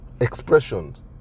expressions